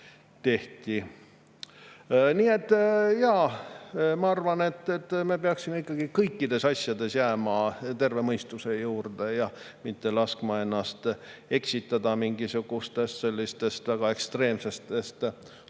Nii et jaa, ma arvan, et me peaksime kõikides asjades jääma ikkagi terve mõistuse juurde ja mitte laskma ennast eksitada mingisugustest väga ekstreemsetest, hulludest